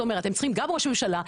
אתה אומר אתם צריכים גם ראש הממשלה,